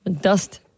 Dust